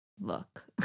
look